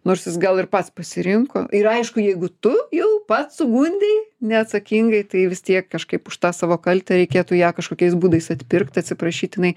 nors jis gal ir pats pasirinko ir aišku jeigu tu jau pats sugundei neatsakingai tai vis tiek kažkaip už tą savo kaltę reikėtų ją kažkokiais būdais atpirkti atsiprašyti jinai